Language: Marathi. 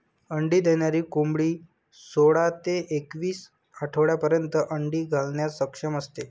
अंडी देणारी कोंबडी सोळा ते एकवीस आठवड्यांपर्यंत अंडी घालण्यास सक्षम असते